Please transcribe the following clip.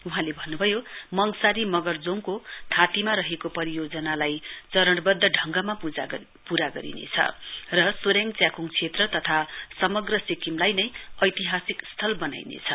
वहाँले भन्नुभयो मङसारी मगरजोङको थाँतीमा रहेको परियोजनालाई चरणवद्व ढंगमा पूरा गरिनेछ र सोरेङ च्याख्ङ क्षेत्र तथा समग्र सिक्किमलाई नै ऐतिहासिक स्थल बनाइनेछ